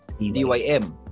DYM